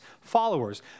followers